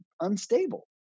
unstable